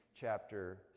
chapter